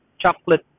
chocolate